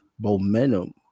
momentum